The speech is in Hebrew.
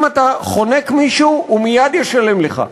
אם אתה חונק מישהו הוא מייד ישלם לך.